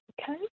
Okay